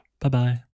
Bye-bye